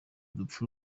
urupfu